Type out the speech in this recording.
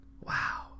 Wow